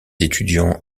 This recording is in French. étudiants